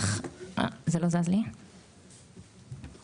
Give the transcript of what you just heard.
אני